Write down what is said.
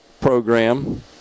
program